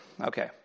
Okay